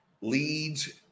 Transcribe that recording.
leads